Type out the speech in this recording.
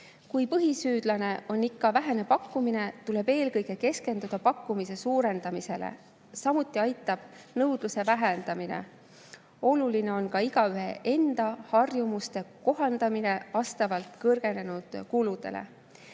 Kui põhisüüdlane on vähene pakkumine, tuleb eelkõige keskenduda pakkumise suurendamisele. Samuti aitab nõudluse vähendamine. Oluline on ka igaühe enda harjumuste kohandamine vastavalt kõrgenenud kuludele.